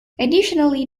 additionally